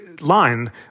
line